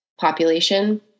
population